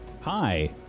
Hi